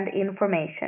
information